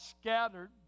scattered